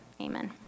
Amen